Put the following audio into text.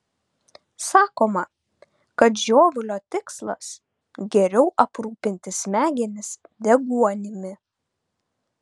sakoma kad žiovulio tikslas geriau aprūpinti smegenis deguonimi